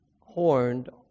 horned